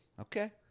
Okay